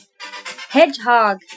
Hedgehog